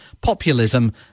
populism